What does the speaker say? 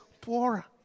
poorer